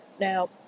Now